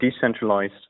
decentralized